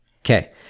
okay